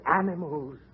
animals